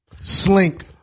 Slink